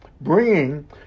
bringing